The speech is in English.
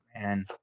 man